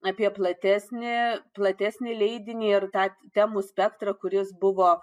apie platesnį platesnį leidinį ir tą temų spektrą kuris buvo